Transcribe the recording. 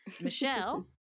Michelle